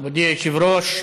מכובדי היושב-ראש.